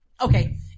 okay